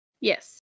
Yes